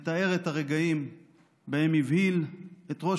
מתאר את הרגעים שבהם הבהיל את ראש